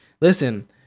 Listen